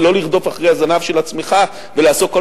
ולא לרדוף אחרי הזנב של עצמך ולעסוק כל